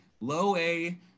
low-A